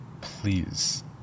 Please